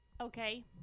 Okay